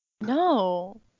No